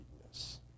weakness